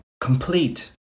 complete